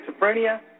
schizophrenia